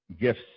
gifts